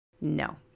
No